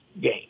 game